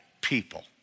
people